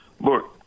Look